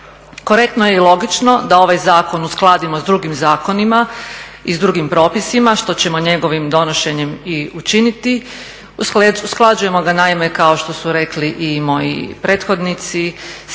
Korektno je i logično da ovaj zakon uskladimo s drugim zakonima i s drugim propisima što ćemo njegovim donošenjem i učiniti. Usklađujemo ga naime kao što su rekli i moji prethodnici